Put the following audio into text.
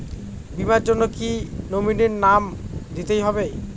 বীমার জন্য কি নমিনীর নাম দিতেই হবে?